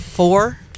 Four